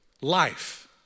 Life